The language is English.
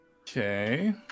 okay